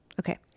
Okay